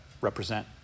represent